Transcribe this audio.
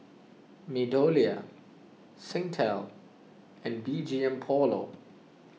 MeadowLea Singtel and B G M Polo